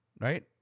Right